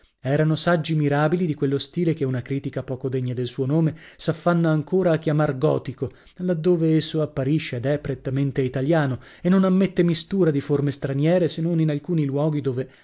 erano saggi mirabili di quello stile che una critica poco degna del suo nome s'affanna ancora a chiamar gotico laddove esso apparisce ed è prettamente italiano e non ammette mistura di forme straniere se non in alcuni luoghi dove